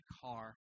car